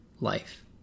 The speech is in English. life